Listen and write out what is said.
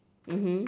mmhmm